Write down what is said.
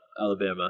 Alabama